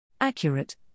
accurate